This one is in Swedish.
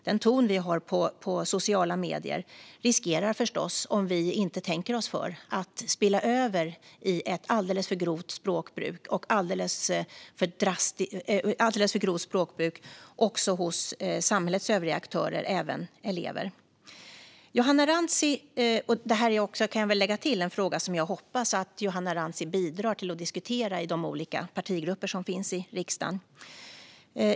Den ton vi använder i sociala medier riskerar förstås, om vi inte tänker oss för, att spilla över i ett alldeles för grovt språkbruk även hos samhällets övriga aktörer, bland annat elever. Jag kan lägga till att det här är en fråga som jag hoppas att Johanna Rantsi bidrar till att diskutera i de olika partigrupperna i riksdagen.